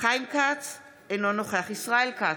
חיים כץ, אינו נוכח ישראל כץ,